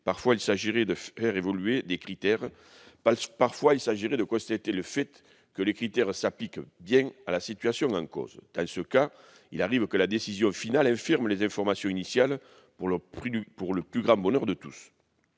Parfois, il s'agit de faire évoluer les critères, quelquefois de contester le fait qu'ils s'appliquent bien à la situation en cause. Dans ce dernier cas, il arrive que la décision finale infirme les informations initiales, pour le plus grand bonheur de tous.